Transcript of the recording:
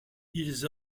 ils